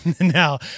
Now